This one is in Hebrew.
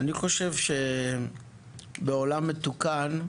אני חושב שבעולם מתוקן,